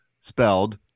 spelled